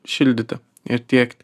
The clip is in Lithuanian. šildyti ir tiekti